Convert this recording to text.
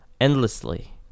endlessly